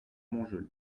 montjoly